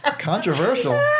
controversial